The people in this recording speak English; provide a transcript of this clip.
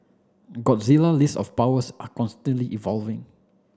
Godzilla list of powers are constantly evolving